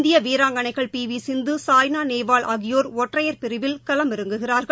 இந்திய வீராங்கனைகள் பி வி சிந்து சாய்னா நேவால் ஆகியோர் ஒற்றையர் பிரிவில் களமிறங்குகிறார்கள்